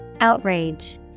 Outrage